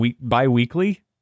bi-weekly